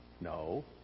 No